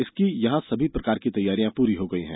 इसकी यहां सभी प्रकार की तैयारीयां पूरी हो गयीं हैं